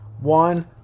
One